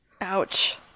ouch